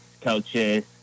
coaches